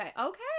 okay